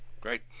Great